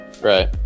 right